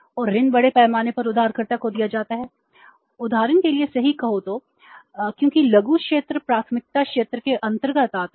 और ऋण बड़े पैमाने पर उधारकर्ता को दिया जाता है उदाहरण के लिए सही कहो तो क्योंकि लघु क्षेत्र प्राथमिकता क्षेत्र के अंतर्गत आता है